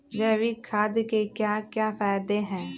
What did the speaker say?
जैविक खाद के क्या क्या फायदे हैं?